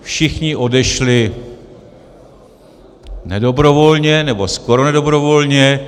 Všichni odešli nedobrovolně, nebo skoro nedobrovolně.